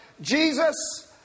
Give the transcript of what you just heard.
Jesus